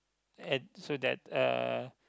at so that uh